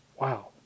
Wow